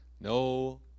No